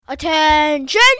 Attention